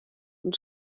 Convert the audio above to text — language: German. und